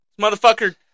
Motherfucker